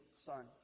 son